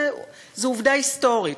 זו עובדה היסטורית.